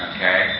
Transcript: Okay